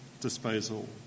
disposal